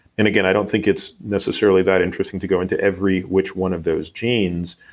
and again, i don't think it's necessarily that interesting to go into every which one of those genes,